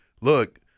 look